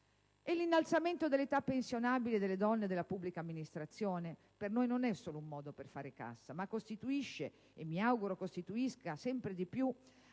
L'innalzamento dell'età pensionabile delle donne nella pubblica amministrazione per noi non è solo un modo per fare cassa, ma costituisce, e mi auguro costituisca sempre di più, anche